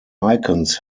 icons